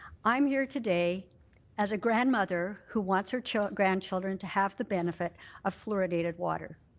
i'm here today as a grandmother who wants her grandchildren to have the benefit of fluoridated water.